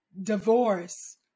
divorce